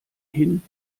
hin